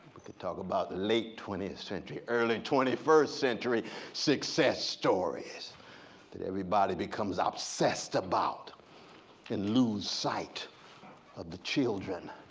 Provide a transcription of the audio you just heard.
we could talk about late twentieth century, early twenty first century success stories that everybody becomes obsessed about and lose sight the children,